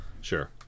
Sure